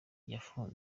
n’ikigo